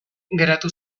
geratu